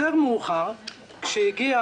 יותר מאוחר כשהגיע